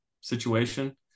situation